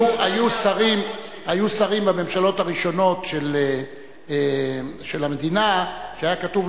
היו שרים בממשלות הראשונות של המדינה שהיה כתוב